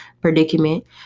predicament